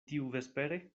tiuvespere